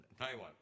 Taiwan